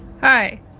hi